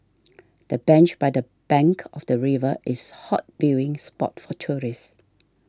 the bench by the bank of the river is hot viewing spot for tourists